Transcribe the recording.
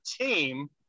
team